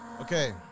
Okay